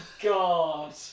god